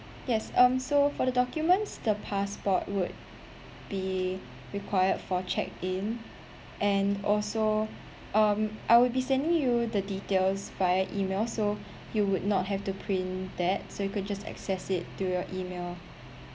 yes um so for the documents the passport would be required for check-in and also um I will be sending you the details via E-mail so you would not have to print that so you could just access it through your E-mail